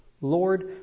Lord